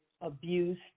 abuse